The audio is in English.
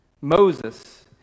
Moses